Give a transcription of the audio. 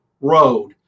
road